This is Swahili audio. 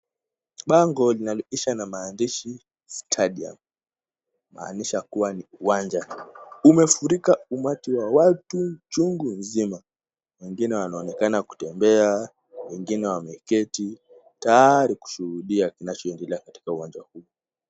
Bango linalipisha na maandishi stadium kumaanisha uwanja. Umefurika umati wa watu chungu nzima, wengine wanaonekana kutembea, wengine wameketi tayari kushuhudia kinachoendelea katika uwanja huu.